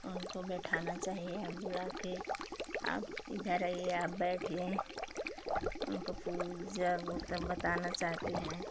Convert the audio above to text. उनको बैठाना चाहिए हं बुला कर आप इधर आइए आप बैठिए उनको पूजा वो तब बताना चाहते हैं